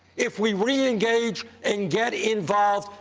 if we reengage and get involved,